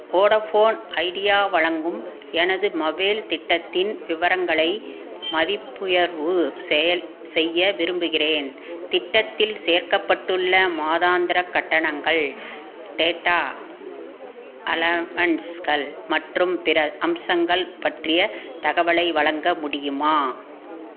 Vodafone Idea வழங்கும் எனது mobile திட்டத்தின் விவரங்களை மதிப்புயர்வு செயல் செய்ய விரும்புகிறேன் திட்டத்தில் சேர்க்கப்பட்டுள்ள மாதாந்திரக் கட்டணங்கள் டேட்டா அலவன்ஸ்கள் மற்றும் பிற அம்சங்கள் பற்றிய தகவலை வழங்க முடியுமா